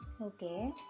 okay